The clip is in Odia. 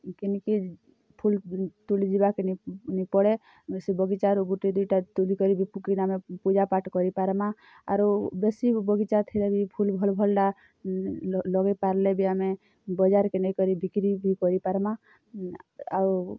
କେନ୍କେ ଫୁଲ୍ ତୁଳି ଯିବାକେ ନେଇଁ ପଡ଼େ ସେ ବଗିଚାରୁ ଗୁଟେ ଦୁଇଟା ତୁଳିକରି ବି କିନା ଆମେ ପୂଜା ପାଠ୍ କରି ପାର୍ମା ଆରୁ ବେଶୀ ବଗିଚା ଥିଲେ ବି ଫୁଲ୍ ଭଲ୍ ଭଲ୍ଟା ଲଗେଇ ପାର୍ଲେ ବି ଆମେ ବଜାର୍କେ ନେଇ କରି ବିକ୍ରି ବି କରି ପାର୍ମା ଆଉ